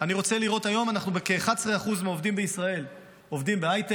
היום כ-11% מהעובדים בישראל עובדים בהייטק,